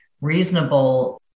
reasonable